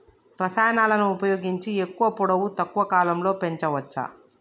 రసాయనాలను ఉపయోగించి ఎక్కువ పొడవు తక్కువ కాలంలో పెంచవచ్చా?